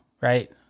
right